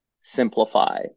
simplify